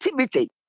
activity